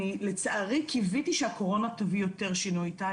אני לצערי קיוויתי שהקורונה תביא יותר שינוי איתה,